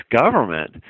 government